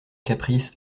caprice